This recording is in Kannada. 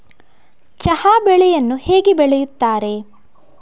ಚಹಾ ಬೆಳೆಯನ್ನು ಹೇಗೆ ಬೆಳೆಯುತ್ತಾರೆ?